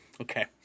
Okay